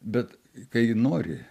bet kai nori